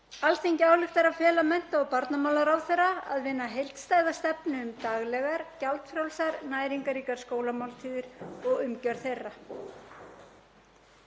„Alþingi ályktar að fela mennta- og barnamálaráðherra að vinna heildstæða stefnu um daglegar, gjaldfrjálsar, næringarríkar skólamáltíðir og umgjörð þeirra.“